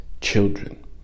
children